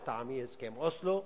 לטעמי, הסכם אוסלו,